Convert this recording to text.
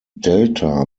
delta